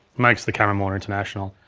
makes the camera more international.